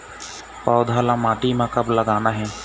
पौधा ला माटी म कब लगाना हे?